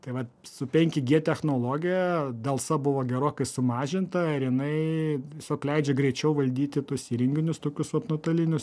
tai vat su penki gie technologija delsa buvo gerokai sumažinta ir jinai tiesiog leidžia greičiau valdyti tuos įrenginius tokius vat nuotolinius